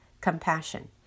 compassion